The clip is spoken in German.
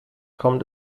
kommt